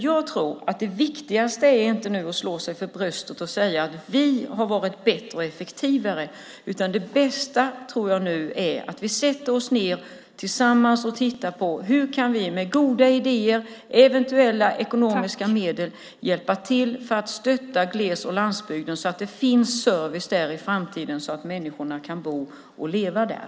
Jag tror att det viktigaste nu inte är att slå sig för bröstet och säga: Vi har varit bättre och effektivare. Det bästa tror jag är att vi nu sätter oss ned tillsammans och tittar på hur vi med goda idéer och eventuella ekonomiska medel kan hjälpa till för att stötta gles och landsbygden så att det finns service där i framtiden så att människor kan bo och leva där.